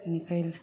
निकलि